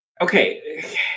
okay